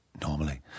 normally